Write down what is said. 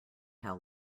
how